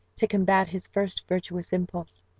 to combat his first virtuous impulse.